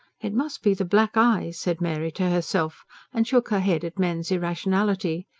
it must be the black eyes, said mary to herself and shook her head at men's irrationality.